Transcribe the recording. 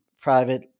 private